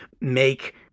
make